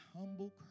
humble